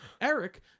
Eric